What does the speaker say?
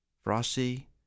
Frosty